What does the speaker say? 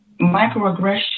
microaggression